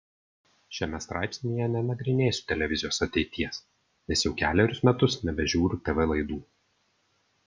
šiame straipsnyje nenagrinėsiu televizijos ateities nes jau kelerius metus nebežiūriu tv laidų